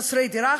חסרי דירה,